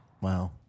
Wow